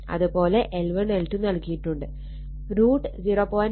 അത് പോലെ L1 L2 നൽകിയിട്ടുണ്ട്